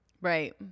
Right